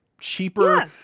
cheaper